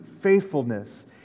faithfulness